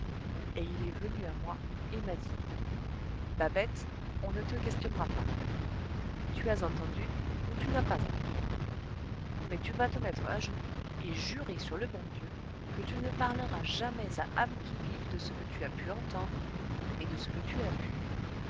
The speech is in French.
et il est venu à moi et m'a dit babette on ne te questionnera pas tu as entendu ou tu n'as pas entendu mais tu vas te mettre à genoux et jurer sur le bon dieu que tu ne parleras jamais à âme qui vive de ce que tu as pu entendre et de ce que tu as vu